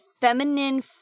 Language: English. feminine